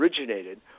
originated